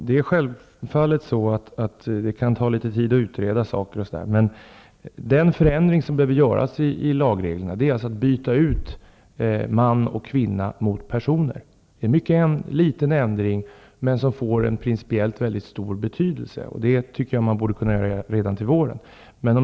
Herr talman! Det kan själfallet ta tid att utreda olika frågor, men den förändring som behöver göras i lagreglerna är att man byter ut ''man och kvinna'' mot ''personer''. Det är en mycket liten ändring, som dock får en principiellt väldigt stor betydelse. Denna förändring borde kunna genomföras redan till våren.